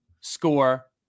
score